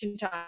time